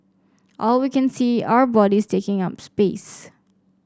all we can see are bodies taking up space